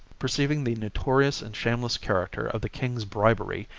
perceiving the notorious and shameless character of the king's bribery,